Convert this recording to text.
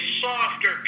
softer